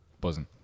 Buzzing